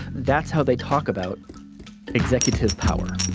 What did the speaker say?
that's how they talk about executive power